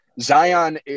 Zion